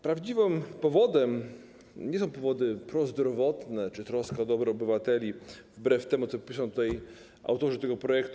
Prawdziwym powodem nie są powody prozdrowotne czy troska o dobro obywateli, wbrew temu, co piszą autorzy tego projektu.